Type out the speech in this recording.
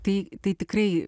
tai tai tikrai